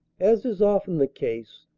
as is often the case,